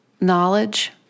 knowledge